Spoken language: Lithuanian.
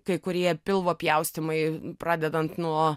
kai kurie pilvo pjaustymai pradedant nuo